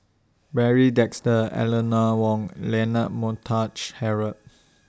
Barry Desker Eleanor Wong Leonard Montague Harrod